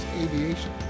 aviation